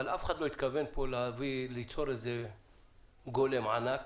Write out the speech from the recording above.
אבל אף אחד לא התכוון פה ליצור גולם ענק